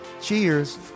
Cheers